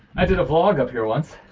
i did a vlog up here once,